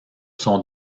sont